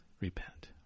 Repent